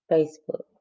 Facebook